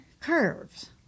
curves